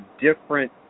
different